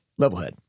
levelhead